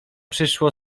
przyszło